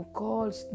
calls